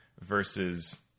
versus